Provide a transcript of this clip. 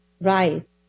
Right